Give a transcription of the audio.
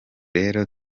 rero